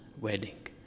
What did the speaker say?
wedding